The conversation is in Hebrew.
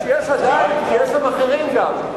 יש שם אחרים גם.